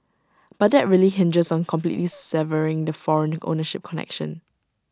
but that really hinges on completely severing the foreign ownership connection